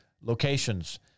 locations